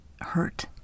hurt